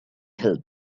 help